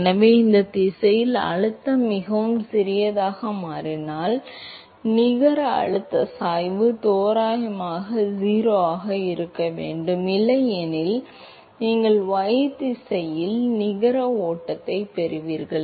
எனவே அந்தத் திசையில் அழுத்தம் மிகவும் சிறியதாக மாறினால் நிகர அழுத்த சாய்வு தோராயமாக 0 ஆக இருக்க வேண்டும் இல்லையெனில் நீங்கள் y திசையில் நிகர ஓட்டத்தைப் பெறுவீர்கள்